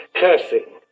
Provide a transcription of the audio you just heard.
cursing